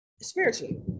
spiritually